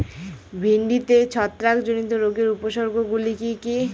ভিন্ডিতে ছত্রাক জনিত রোগের উপসর্গ গুলি কি কী?